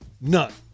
none